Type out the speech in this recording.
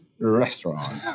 restaurant